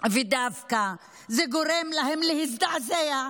וזה דווקא גורם להם להזדעזע.